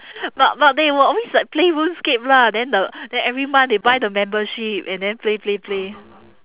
but but they will always like play RuneScape lah then the then every month they buy the membership and then play play play